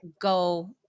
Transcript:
go